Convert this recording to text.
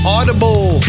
Audible